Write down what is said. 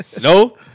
No